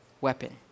weapon